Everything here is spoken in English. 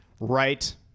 Right